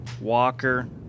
walker